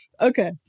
Okay